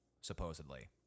supposedly